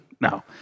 No